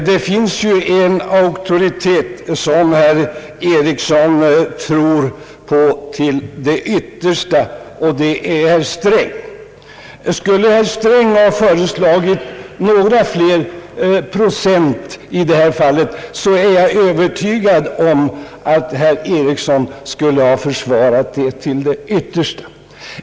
Herr talman! Det finns en auktoritet som herr Einar Eriksson tror på till det yttersta, och det är herr Sträng. Om herr Sträng hade föreslagit några fler procent i detta fall, så är jag övertygad om att herr Eriksson skulle ha försvarat det till det yttersta.